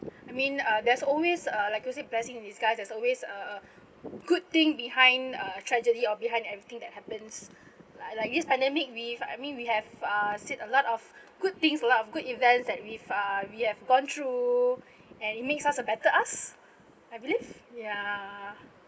I mean uh there's always uh like you said a blessing in disguise there's always a a good thing behind a tragedy or behind everything that happens like like this pandemic we've I mean we have uh seen a lot of good things a lot of good events that we've uh we have gone through and it makes us a better us I believe ya